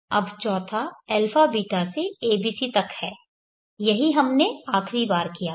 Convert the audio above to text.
अब चौथा αβ से abc तक है यही हमने आखिरी बार किया था